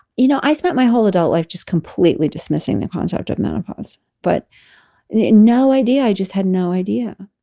you know i spent my whole adult life just completely dismissing the concept of menopause but no idea i just had no idea